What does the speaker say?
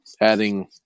adding